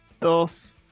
dos